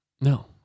No